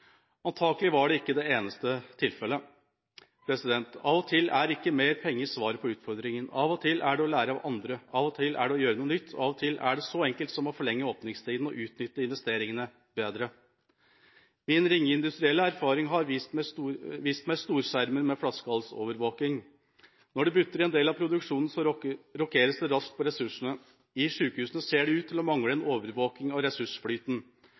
Antakelig er ikke dette det eneste tilfellet. Av og til er ikke mer penger svaret på utfordringen – av og til er det å lære av andre, av og til er det å gjøre noe nytt, og av og til er det så enkelt som å forlenge åpningstida og utnytte investeringene bedre. Min ringe industrielle erfaring har vist meg at man kan ha storskjermer med flaskehalsovervåking. Når det butter i en del av produksjonen, rokeres det raskt på ressursene. I sykehusene ser det ut til mangle en overvåking av ressursflyten.